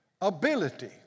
ability